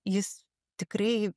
jis tikrai